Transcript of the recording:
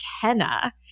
Kenna